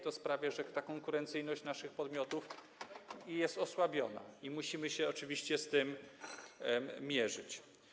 To sprawia, że ta konkurencyjność naszych podmiotów jest osłabiona i musimy się oczywiście z tym mierzyć.